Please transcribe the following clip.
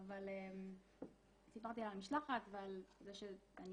אבל סיפרתי לה על המשלחת ועל זה שאני